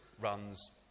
runs